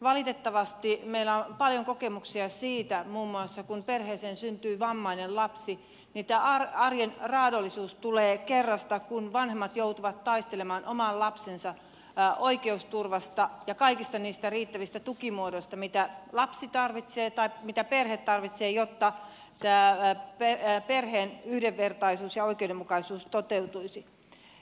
valitettavasti meillä on paljon kokemuksia muun muassa siitä että kun perheeseen syntyy vammainen lapsi niin tämä arjen raadollisuus tulee kerrasta kun vanhemmat joutuvat taistelemaan oman lapsensa oikeusturvasta ja kaikista niistä riittävistä tukimuodoista mitä lapsi tarvitsee tai mitä perhe tarvitsee jotta perheen yhdenvertaisuus ja oikeudenmukaisuus toteutuisivat